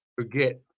forget